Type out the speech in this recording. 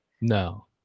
No